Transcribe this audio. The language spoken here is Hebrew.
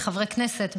כחברי כנסת,